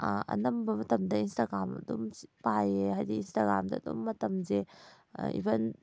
ꯑꯅꯝꯕ ꯃꯇꯝꯗ ꯏꯟꯁꯇꯥꯒ꯭ꯔꯥꯝ ꯑꯗꯨꯝ ꯄꯥꯏꯌꯦ ꯍꯥꯏꯗꯤ ꯏꯟꯁꯇꯥꯒ꯭ꯔꯥꯝꯗ ꯑꯗꯨꯝ ꯃꯇꯝꯁꯦ ꯏꯕꯟ